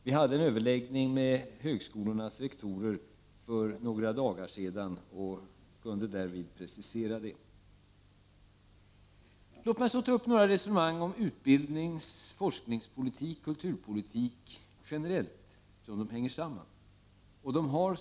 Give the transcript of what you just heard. Vi hade en överläggning med högskolornas rektorer för några dagar sedan och kunde därvid precisera detta. Låt mig ta upp ett resonemang om utbildnings-, forskningsoch kulturpolitik generellt, eftersom de hänger samman.